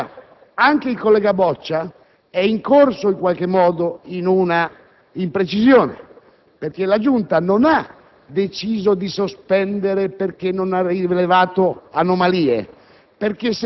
Anche il collega Boccia è incorso in qualche modo in una imprecisione. La Giunta non ha deciso di sospendere perché non ha rilevato anomalie: